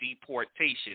deportation